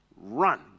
Run